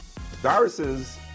viruses